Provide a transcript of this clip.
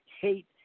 hate